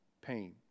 pain